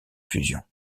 fusion